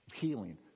healing